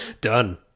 done